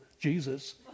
Jesus